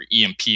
EMP